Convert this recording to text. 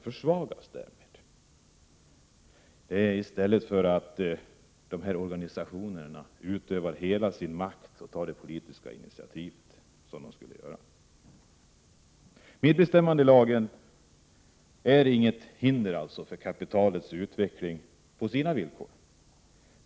Konflikten består i att organisationerna inte utövar hela sin makt och inte tar de politiska initiativ som de borde göra. Medbestämmandelagen utgör alltså inte något hinder för kapitalet att utvecklas på sina egna villkor.